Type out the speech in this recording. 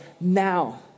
now